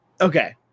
Okay